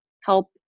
help